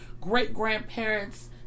great-grandparents